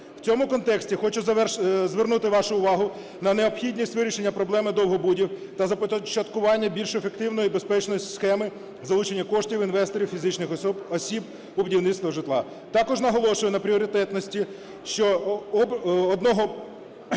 В цьому контексті хочу звернути вашу увагу на необхідність вирішення проблеми довгобудів та започаткування більш ефективної, безпечної схеми залучення коштів інвесторів фізичних осіб у будівництво житла. Також наголошую на пріоритетності ще одного